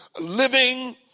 living